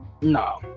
No